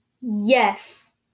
Yes